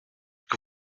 que